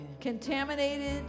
Contaminated